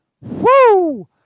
Woo